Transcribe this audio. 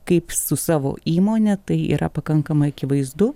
kaip su savo įmone tai yra pakankamai akivaizdu